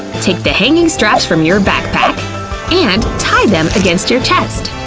take the hanging straps from your backpack and tie them against your chest.